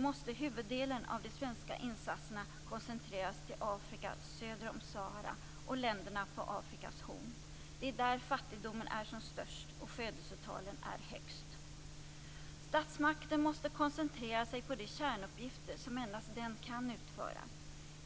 måste huvuddelen av de svenska insatserna koncentreras till Afrika söder om Sahara och länderna på Afrikas horn. Det är där fattigdomen är som störst och födelsetalen är högst. Statsmakten måste koncentrera sig på de kärnuppgifter som endsast den kan utföra.